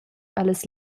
allas